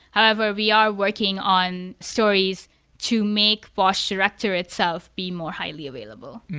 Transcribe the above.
however, we are working on stories to make bosh director itself be more highly available.